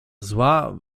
zła